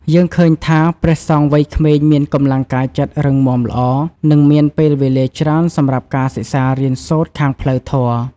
យើងឃើញថា ព្រះសង្ឃវ័យក្មេងមានកម្លាំងកាយចិត្តរឹងមាំល្អ និងមានពេលវេលាច្រើនសម្រាប់ការសិក្សារៀនសូត្រខាងផ្លូវធម៌។